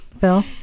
Phil